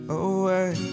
away